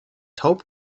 taub